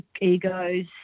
egos